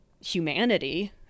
humanity